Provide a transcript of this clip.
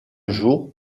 jour